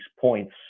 points